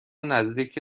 نزدیک